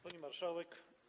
Pani Marszałek!